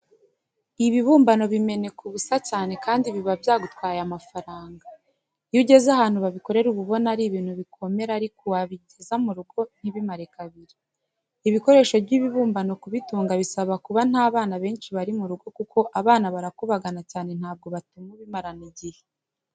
Ibibumbano bimeneka ubusa cyane kandi biba byagutwaye amafaranga. Iyo ugeze ahantu babikorera uba ubona ari ibintu bikomera ariko wabigeza mu rugo ntibimare kabiri. Ibikoresho by'ibibumbano kubitunga bisaba kuba nta bana benshi bari mu rugo kuko abana barakubagana cyane ntabwo batuma ubimarana igihe.